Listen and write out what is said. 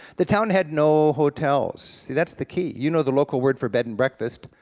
the town had no hotels, see that's the key. you know the local word for bed and breakfast,